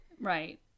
Right